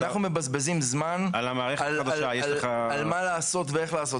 והם יודעים --- אנחנו מבזבזים זמן על מה לעשות ואיך לעשות